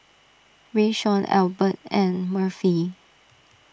Rayshawn Elbert and Murphy